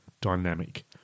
dynamic